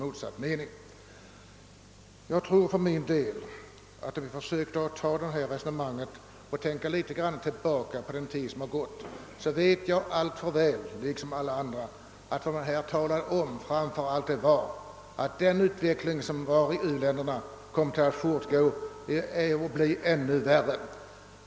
Om vi skall tänka litet tillbaka på den tid som har gått minns vi alla att vad man då framför allt talade om var att utvecklingen i u-länderna skulle komma att fortsätta och bli ännu värre.